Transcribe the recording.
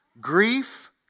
Grief